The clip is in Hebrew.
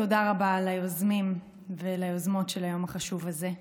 תודה רבה ליוזמים וליוזמות של היום החשוב הזה.